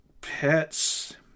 pets